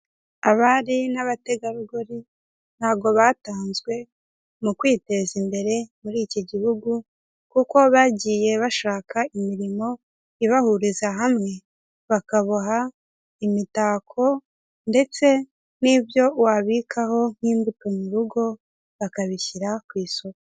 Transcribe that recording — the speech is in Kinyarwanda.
Abari n'abategarugori ntago batanzwe mu kwiteza imbere muri iki gihugu kuko bagiye bashaka imirimo ibahuriza hamwe, bakaboha imitako ndetse n'ibyo wabikaho nk'imbuto mu rugo akabishyira ku isoko.